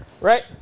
Right